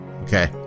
Okay